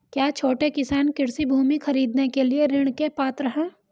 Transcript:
क्या छोटे किसान कृषि भूमि खरीदने के लिए ऋण के पात्र हैं?